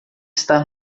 estar